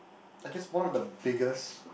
I guess one of the biggest